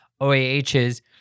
OAH's